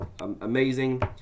amazing